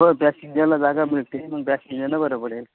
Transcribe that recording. होय पॅसेंजरला जागा मिळते मग पॅसेंजरनं बरं पडेल